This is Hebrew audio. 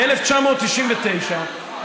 ב-1999,